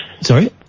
Sorry